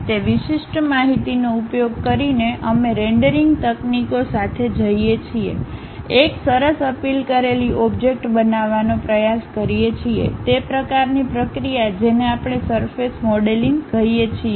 તે વિશિષ્ટ માહિતીનો ઉપયોગ કરીને અમે રેન્ડરિંગ તકનીકો સાથે જઈએ છીએ એક સરસ અપીલ કરેલી ઓબ્જેક્ટ બનાવવાનો પ્રયાસ કરીએ છીએ તે પ્રકારની પ્રક્રિયા જેને આપણે સરફેસ મોડેલિંગ કહીએ છીએ